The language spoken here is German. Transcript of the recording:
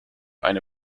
eine